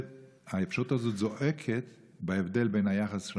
והאפשרות הזאת זועקת בהבדל בין היחס של